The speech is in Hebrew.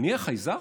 אני החייזר?